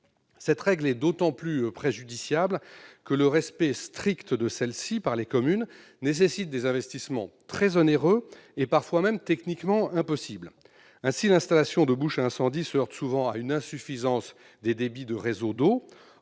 Cette règle est d'autant plus préjudiciable que son respect strict par les communes nécessite des investissements très onéreux, parfois même techniquement impossibles. Ainsi, l'installation de bouches à incendie se heurte souvent à une insuffisance des débits de réseaux d'eau.